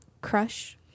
crush